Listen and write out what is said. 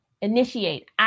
initiate